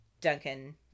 Duncan